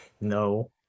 no